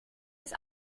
ist